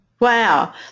Wow